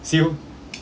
see who